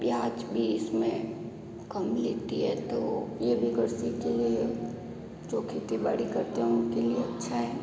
ब्याज भी इसमें कम लेते हैं तो ये भी कृषि के लिए जो खेती बाड़ी करते हैं उनके लिए अच्छा है